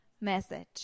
message